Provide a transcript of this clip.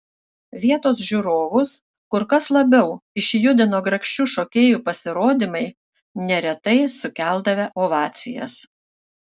vietos žiūrovus kur kas labiau išjudino grakščių šokėjų pasirodymai neretai sukeldavę ovacijas